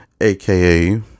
aka